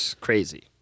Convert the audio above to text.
crazy